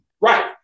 right